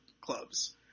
clubs